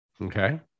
Okay